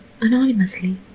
anonymously